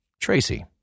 Tracy